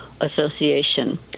association